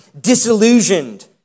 disillusioned